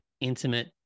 intimate